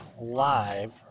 live